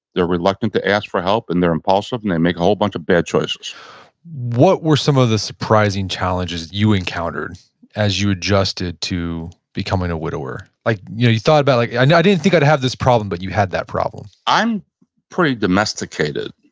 they're reluctant to ask for help and they're impulsive and they make a whole bunch of bad choices what were some of the surprising challenges you encountered as you adjusted to becoming a widower? like you you thought about, i like yeah and didn't think i'd have this problem but you had that problem i'm pretty domesticated